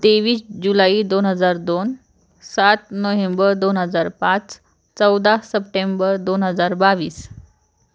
तेवीस जुलाई दोन हजार दोन सात नोहेंबर दोन हजार पाच चौदा सप्टेंबर दोन हजार बावीस